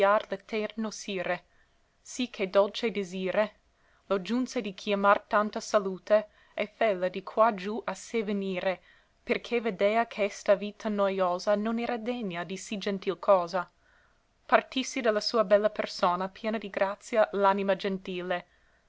l'etterno sire sì che dolce disire lo giunse di chiamar tanta salute e félla di qua giù a sé venire perché vedea ch'esta vita noiosa non era degna di sì gentil cosa partìssi de la sua bella persona piena di grazia l'anima gentile